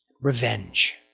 revenge